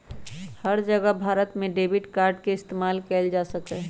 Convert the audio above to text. हर जगह भारत में debit card के इस्तेमाल कइल जा सका हई